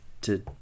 to-